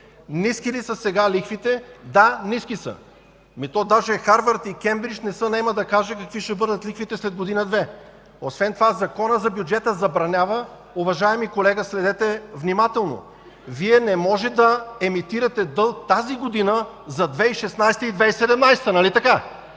Ниски ли са сега лихвите? Да, ниски са. То даже Харвард и Кембридж не се наемат да кажат какви ще бъдат лихвите след година, две. Освен това Законът за бюджета забранява – уважаеми колега, следете внимателно, Вие не можете да емитирате дълг тази година за 2016 г. и 2017-а. Нали така?!